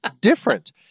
different